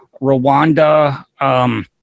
Rwanda